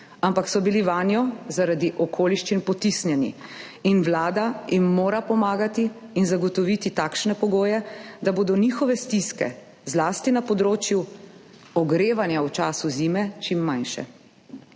ampak so bili vanjo zaradi okoliščin potisnjeni. Vlada jim mora pomagati in zagotoviti takšne pogoje, da bodo njihove stiske zlasti na področju ogrevanja v času zime čim manjše.